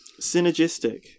Synergistic